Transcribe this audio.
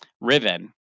Riven